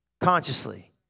consciously